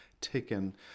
taken